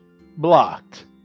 blocked